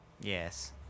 Yes